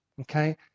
Okay